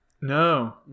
No